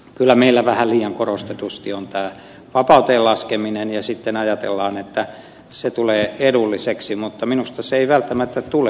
kyllä meillä vähän liian korostetusti on tämä vapauteen laskeminen ja sitten ajatellaan että se tulee edulliseksi mutta minusta se ei välttämättä tule